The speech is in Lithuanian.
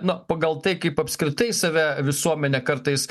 na pagal tai kaip apskritai save visuomenė kartais